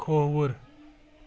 کھوٚوُر